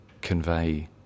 convey